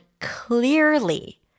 clearly